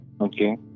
Okay